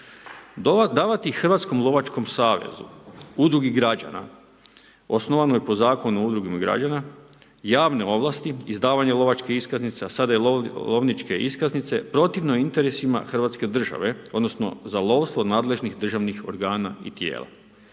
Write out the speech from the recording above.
Davati Hrvatskom lovačkom savezu udrugi građana osnovanoj po Zakonu o udrugama građana javne ovlasti, izdavanje lovačkih iskaznica, sada i lovničke iskaznice protivno je interesima hrvatske države, odnosno za lovstvo nadležnih državnih organa i tijela.